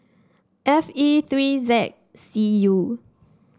F E three Z C U